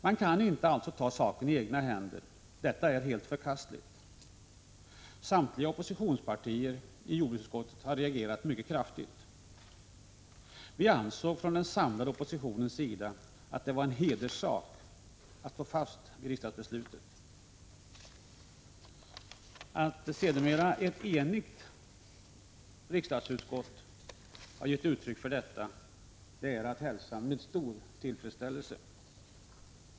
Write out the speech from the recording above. Man kan alltså inte ta saken i egna händer. Det är helt förkastligt. Samtliga oppositionspartier i jordbruksutskottet har reagerat mycket kraftigt. Vi ansåg från den samlade oppositionens sida att det var en hederssak att stå fast vid riksdagens beslut, och att sedermera ett enigt riksdagsutskott har gett uttryck för detta är att hälsa med stort tillfredsställelse.